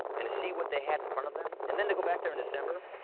and to see what they had in front of them and then to go back there in december,